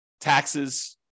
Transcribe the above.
taxes